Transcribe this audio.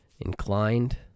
inclined